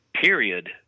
period